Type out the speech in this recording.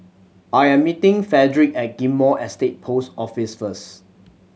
I am meeting Fredrick at Ghim Moh Estate Post Office first